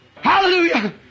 Hallelujah